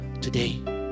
today